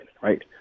right